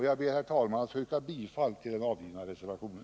Jag ber, herr talman, att få yrka bifall till den avgivna reservationen.